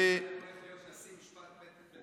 הולך להיות נשיא בית משפט עליון.